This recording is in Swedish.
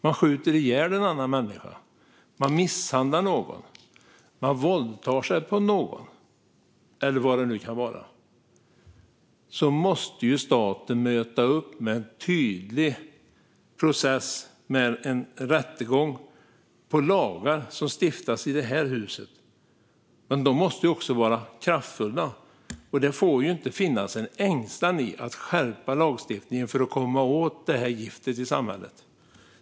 Man skjuter ihjäl en annan människa. Man misshandlar någon. Man våldtar någon, eller vad det nu kan vara. Då måste staten möta upp med en tydlig process med en rättegång som baseras på lagar som stiftas i det här huset. De måste också vara kraftfulla. Det får inte finnas en ängslan i att skärpa lagstiftningen för att komma åt detta gift i samhället.